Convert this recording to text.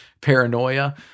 paranoia